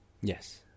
Yes